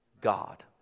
God